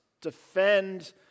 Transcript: defend